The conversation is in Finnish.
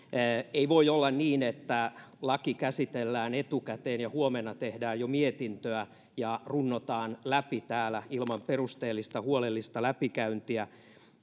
ei voi olla niin että laki käsitellään etukäteen ja huomenna tehdään jo mietintöä ja runnotaan läpi täällä ilman perusteellista huolellista läpikäyntiä